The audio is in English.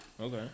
okay